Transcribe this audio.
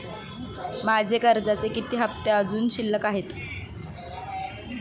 माझे कर्जाचे किती हफ्ते अजुन शिल्लक आहेत?